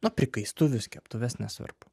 nu prikaistuvius keptuves nesvarbu